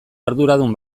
arduradun